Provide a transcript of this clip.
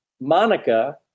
Monica